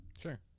Sure